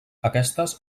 aquestes